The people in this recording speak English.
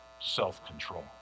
self-control